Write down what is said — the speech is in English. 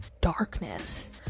darkness